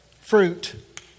fruit